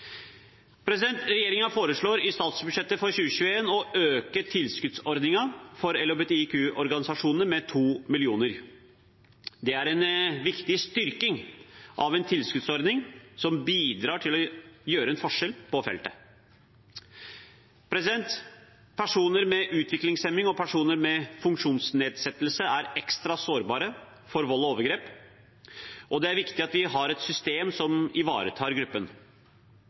foreslår i statsbudsjettet for 2021 å øke tilskuddsordningen for LHBTIQ-organisasjonene med 2 mill. kr. Dette er en viktig styrking av en tilskuddsordning som bidrar til å gjøre en forskjell på feltet. Personer med utviklingshemming og personer med funksjonsnedsettelse er ekstra sårbare for vold og overgrep, og det er viktig at vi har et system som ivaretar gruppen.